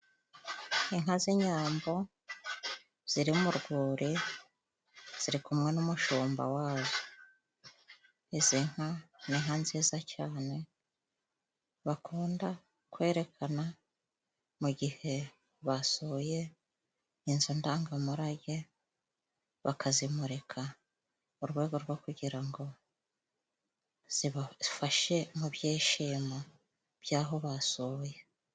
Inka z'inyambo ziriri mu rwuri ziri kumwe n'umushumba wazo izi nka ni nka nziza cyane, bakunda kwerekana mu gihe basuye inzu ndangamurage, bakazimurika mu rwego rwo kugira ngo zibafashe mu byishimo by'aho basuye.